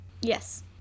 yes